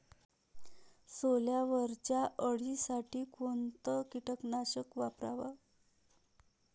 सोल्यावरच्या अळीसाठी कोनतं कीटकनाशक वापराव?